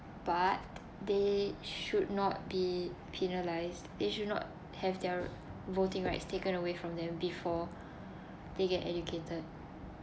but they should not be penalised they should not have their voting rights taken away from them before they get educated